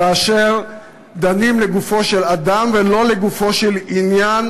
כאשר דנים לגופו של אדם ולא לגופו של עניין